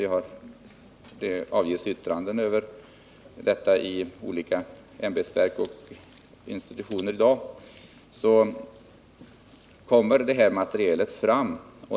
Det har avgivits yttranden över detta av olika ämbetsverk och institutioner.